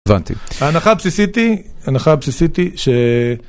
הבנתי. ההנחה הבסיסית היא, ההנחה הבסיסית היא ש...